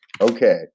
Okay